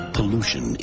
Pollution